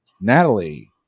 Natalie